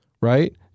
right